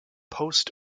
post